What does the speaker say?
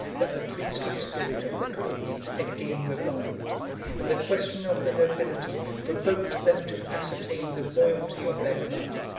that the princely spirit of the courtenays again revived and the question of the nobility provoked them to ascertain the royalty of their blood.